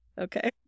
Okay